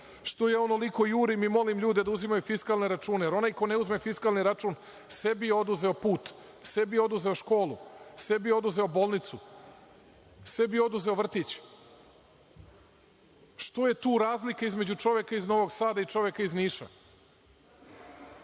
Zašto ja onoliko jurim i molim ljude da uzimaju fiskalne račune, jer onaj ko ne uzme fiskalni račun sebi je oduzeo put, sebi je oduzeo školu, sebi je oduzeo bolnicu, sebi je oduzeo vrtić. Što je tu razlika između čoveka iz Novog Sada i čoveka iz Niša?